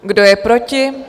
Kdo je proti?